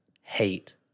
hate